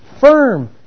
firm